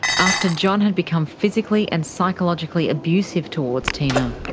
after john had become physically and psychologically abusive towards tina.